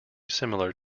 similar